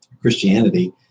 Christianity